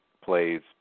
plays